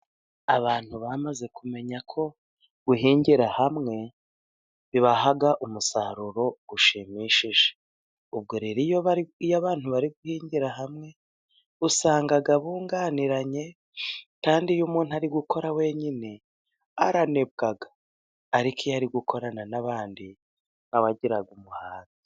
Abantu bamaze kumenya ko guhingira hamwe bibaha umusaruro ushimishije, ubwo rero iyo bari iyo abantu bari guhingira hamwe usanga bunganiranye kandi iyo umuntu ari gukora wenyine aranebwa ariko iyo ari gukorana n'abandi abagira umuhate.